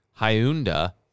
Hyundai